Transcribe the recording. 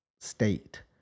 state